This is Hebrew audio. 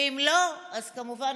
ואם לא, אז כמובן